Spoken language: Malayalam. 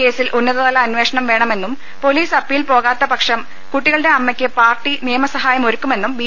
കേസിൽ ഉന്നതതല അന്ധിഷണം വേണമെന്നും പൊലീസ് അപ്പീൽ പോകാത്ത പക്ഷം കൂട്ടികളുടെ അമ്മയ്ക്ക് പാർട്ടി നിയമസഹായം ഒരുക്കുമെന്നും ബി